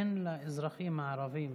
אין לאזרחים הערבים